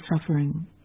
suffering